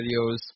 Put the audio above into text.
videos